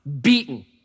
beaten